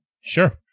Sure